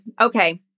Okay